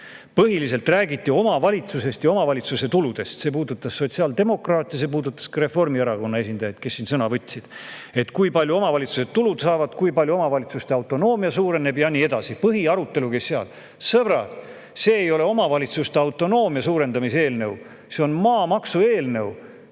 Põhiliselt räägiti omavalitsusest ja omavalitsuse tuludest. See puudutas sotsiaaldemokraate, see puudutas ka Reformierakonna esindajaid, kes siin sõna võtsid: et kui palju omavalitsused tulu saavad, kui palju omavalitsuste autonoomia suureneb ja nii edasi. Põhiarutelu käis selle üle. Sõbrad, see ei ole omavalitsuste autonoomia suurendamise eelnõu! See on maamaksu eelnõu,